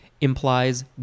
implies